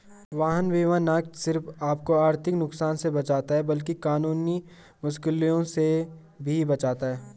वाहन बीमा न सिर्फ आपको आर्थिक नुकसान से बचाता है, बल्कि कानूनी मुश्किलों से भी बचाता है